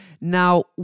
Now